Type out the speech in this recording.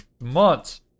months